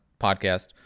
podcast